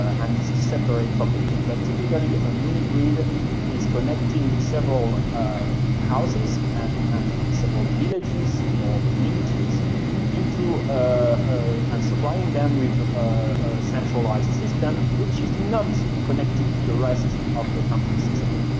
and it's a separate topic. but typically a mini-grid is connecting several houses, and and several villages or communities into ah and supplying them with a centralized system which is not connected to the rest of the country system.